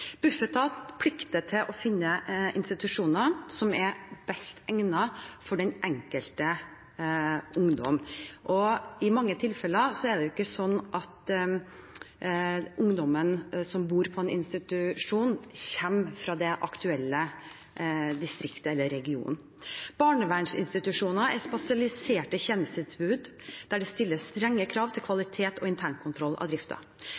Bufetat plikter å finne den institusjonen som er best egnet for den enkelte ungdom. I mange tilfeller kommer ikke ungdommen som bor på en institusjon, fra det aktuelle distriktet eller den aktuelle regionen. Barnevernsinstitusjoner er spesialiserte tjenestetilbud der det stilles strenge krav til kvalitet og internkontroll av